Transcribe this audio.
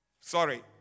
sorry